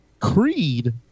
Creed